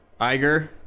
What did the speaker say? Iger